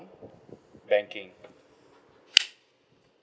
banking